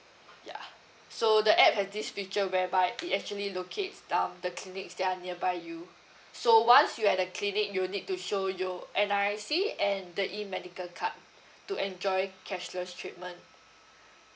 ya so the app have this feature whereby it actually locates um the clinics that are nearby you so once you're at the clinic you need to show your N_R_I_C and the E medical card to enjoy cashless treatment